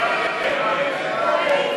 ההסתייגויות לסעיף 09,